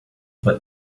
but